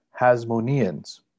Hasmoneans